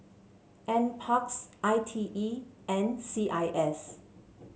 N parks I T E and C I S